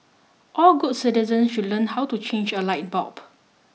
all good citizens should learn how to change a light bulb